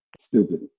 stupid